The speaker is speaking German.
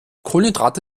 kohlenhydrate